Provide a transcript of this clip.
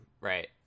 Right